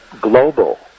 global